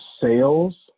sales